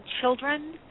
children